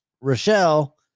Rochelle